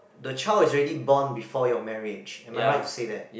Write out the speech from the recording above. the child is already born before your marriage am I right to said that